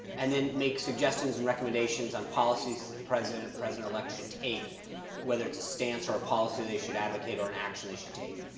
and then make suggestions and recommendations on policies that the president or president-elect should take whether it's a stance or a policy they should advocate or an action they should take.